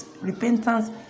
repentance